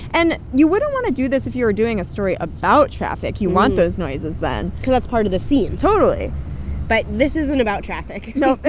and you wouldn't want to do this if you were doing a story about traffic. you want those noises then cause that's part of the scene totally but this isn't about traffic nope,